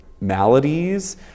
maladies